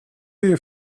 you